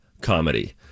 comedy